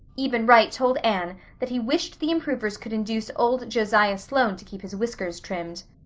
eben wright told anne that he wished the improvers could induce old josiah sloane to keep his whiskers trimmed.